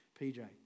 PJ